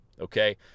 Okay